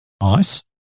Nice